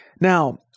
Now